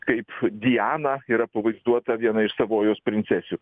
kaip diana yra pavaizduota viena iš savojos princesių